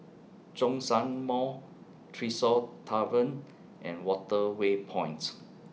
Zhongshan Mall Tresor Tavern and Waterway Points